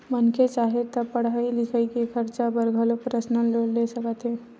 मनखे चाहे ता पड़हई लिखई के खरचा बर घलो परसनल लोन ले सकत हे